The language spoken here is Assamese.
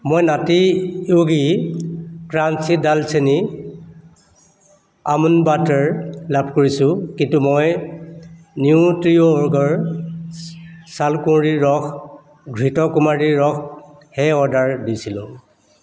মই নাটী য়োগী ক্ৰাঞ্চি ডালচেনি আলমণ্ড বাটাৰ লাভ কৰিছোঁ কিন্তু মই নিউট্ৰিঅৰ্গৰ ছালকুঁৱৰীৰ ৰস ঘৃতকুমাৰীৰ ৰসহে অৰ্ডাৰ দিছিলোঁ